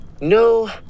No